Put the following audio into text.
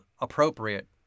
appropriate